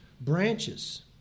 branches